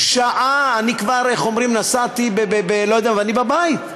שעה, אני כבר, איך אומרים, נסעתי, ואני בבית.